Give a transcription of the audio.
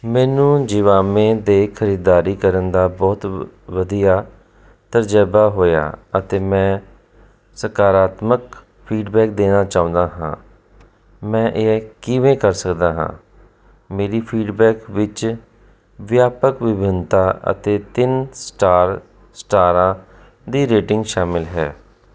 ਮੈਨੂੰ ਜ਼ਿਵਾਮੇ 'ਤੇ ਖਰੀਦਦਾਰੀ ਕਰਨ ਦਾ ਬਹੁਤ ਵਧੀਆ ਤਜਰਬਾ ਹੋਇਆ ਅਤੇ ਮੈਂ ਸਕਾਰਾਤਮਕ ਫੀਡਬੈਕ ਦੇਣਾ ਚਾਹੁੰਦਾ ਹਾਂ ਮੈਂ ਇਹ ਕਿਵੇਂ ਕਰ ਸਕਦਾ ਹਾਂ ਮੇਰੇ ਫੀਡਬੈਕ ਵਿੱਚ ਵਿਆਪਕ ਵਿਭਿੰਨਤਾ ਅਤੇ ਤਿੰਨ ਸਟਾਰ ਸਟਾਰਾਂ ਦੀ ਰੇਟਿੰਗ ਸ਼ਾਮਲ ਹੈ